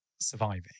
surviving